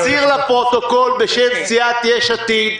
הינה, אני מצהיר לפרוטוקול בשם סיעת יש עתיד.